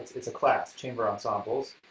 it's a class, chamber ensembles,